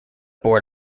board